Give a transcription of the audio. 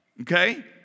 okay